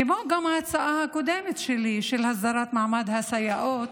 כמו גם ההצעה הקודמת שלי, של הסדרת מעמד הסייעות,